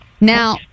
Now